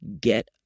get